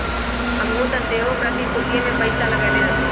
हमहुँ तऽ सेहो प्रतिभूतिय में पइसा लगएले हती